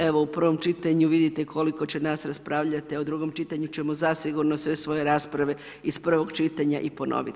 Evo u prvom čitanju vidite koliko će nas raspravljati, u drugom čitanju ćemo zasigurno sve svoje rasprave iz prvog čitanja i ponovit.